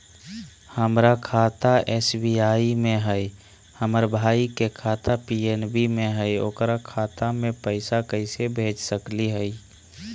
हमर खाता एस.बी.आई में हई, हमर भाई के खाता पी.एन.बी में हई, ओकर खाता में पैसा कैसे भेज सकली हई?